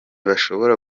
bashobora